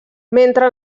mentre